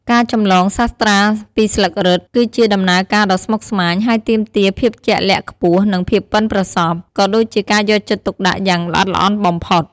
ការចម្លងសាត្រាពីស្លឹករឹត គឺជាដំណើរការដ៏ស្មុគស្មាញ ហើយទាមទារភាពជាក់លាក់ខ្ពស់និងភាពបុិនប្រសព ក៏ដូចជាការយកចិត្តទុកដាក់យ៉ាងល្អិតល្អន់បំផុត។